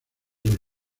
los